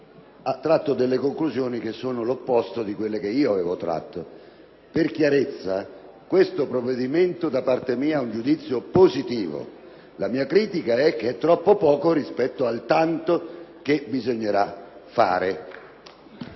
ha tratto delle conclusioni che sono l’opposto di quelle che io avevo tratto. Per chiarezza, su questo provvedimento do un giudizio positivo. La mia critica eche e troppo poco rispetto al tanto che bisognera` fare.